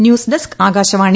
news desk Akashvani